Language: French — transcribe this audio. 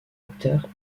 acteur